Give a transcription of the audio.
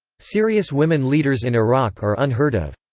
serious women leaders in iraq are unheard of.